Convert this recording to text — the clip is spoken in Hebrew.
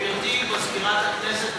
גברתי מזכירת הכנסת,